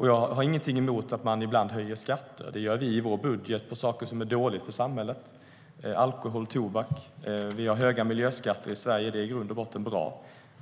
Jag har ingenting emot att man ibland höjer skatter. Det gör vi i vår budget på saker som är dåliga för samhället - alkohol och tobak. Vi har höga miljöskatter i Sverige, och det är i grund och botten bra.